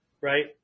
right